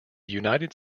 united